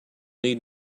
need